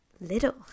little